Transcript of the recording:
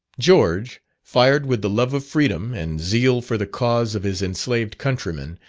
george, fired with the love of freedom, and zeal for the cause of his enslaved countrymen,